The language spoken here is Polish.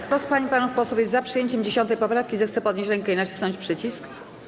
Kto z pań i panów posłów jest za przyjęciem 10. poprawki, zechce podnieść rękę i nacisnąć przycisk.